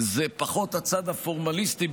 זה פחות הצד הפורמליסטי,